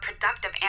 productive